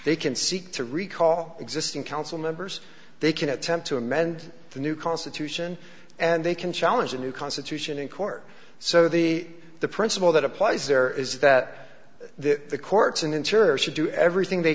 they can seek to recall existing council members they can attempt to amend the new constitution and they can challenge the new constitution in court so the the principle that applies there is that the courts and interior should do everything they